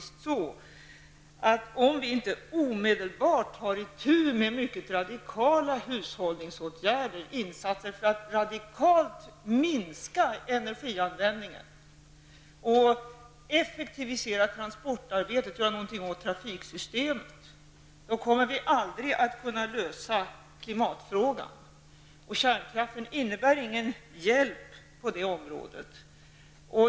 Om vi inte omedelbart sätter in mycket radikala hushållningsåtgärder, radikalt minskar energianvändningen och effektiviserar transportarbetet genom att göra någonting åt trafiksystemet, då kommer vi aldrig att kunna lösa klimatfrågan. Kärnkraften innebär ingen hjälp på det området.